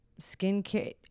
skincare